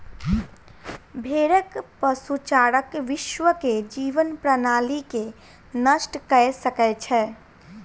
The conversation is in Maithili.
भेड़क पशुचारण विश्व के जीवन प्रणाली के नष्ट कय सकै छै